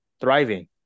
thriving